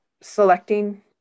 selecting